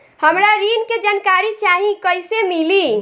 हमरा ऋण के जानकारी चाही कइसे मिली?